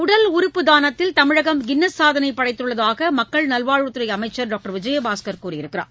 உடல் உறுப்பு தானத்தில் தமிழகம் கின்னஸ் சாதனை படைத்துள்ளதாக மக்கள் நல்வாழ்வுத் துறை அமைச்சர் டாக்டர் விஜயபாஸ்கர் கூறியுள்ளார்